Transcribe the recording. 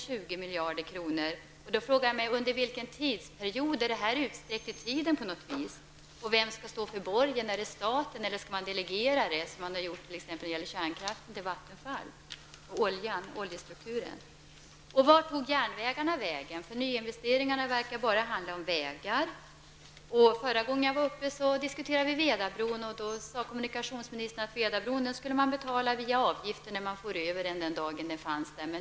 Då undrar jag: Är detta utsträckt över tiden, och i så fall över vilken tidsperiod? Vem skall gå i borgen? Är det staten, eller skall det hela delegeras på samma sätt som när det gäller oljan, kärnkraften och vattenfall? Vad blev det av järnvägarna? Nyinvesteringarna verkar bara gå till vägar. Förra gången diskuterade vi Vedabron. Då sade kommunikationsministern att Vedabron skulle betalas via avgifter när bron var färdig.